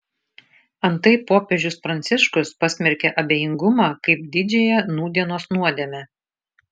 antai popiežius pranciškus pasmerkė abejingumą kaip didžiąją nūdienos nuodėmę